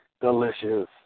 delicious